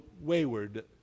wayward